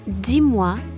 Dis-moi